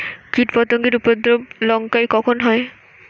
কীটপতেঙ্গর উপদ্রব লঙ্কায় কখন হয়?